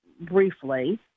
briefly